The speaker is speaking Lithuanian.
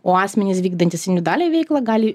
o asmenys vykdantys individualią veiklą gali